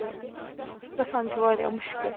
تہٕ گَژھان چھُ وارِیاہ مُشکِل